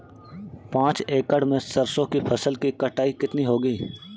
पांच एकड़ में सरसों की फसल की कटाई कितनी होगी?